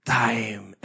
time